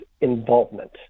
involvement